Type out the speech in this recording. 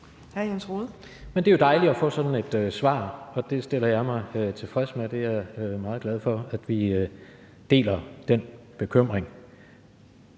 Det er jo dejligt at få sådan et svar, og det stiller jeg mig tilfreds med. Jeg er meget glad for, at vi deler den bekymring